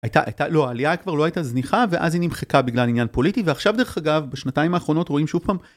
הייתה, הייתה, לא העלייה כבר לא הייתה זניחה ואז היא נמחקה בגלל עניין פוליטי ועכשיו דרך אגב בשנתיים האחרונות רואים שוב פעם.